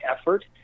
effort